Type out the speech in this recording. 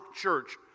church